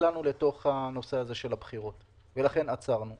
נקלענו לתוך הנושא הזה של הבחירות, לכן עצרנו.